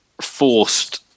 forced